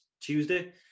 Tuesday